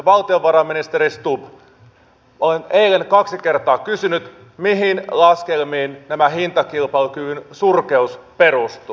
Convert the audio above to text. valtiovarainministeri stubb olen eilen kaksi kertaa kysynyt mihin laskelmiin tämä hintakilpailukyvyn surkeus perustuu